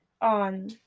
on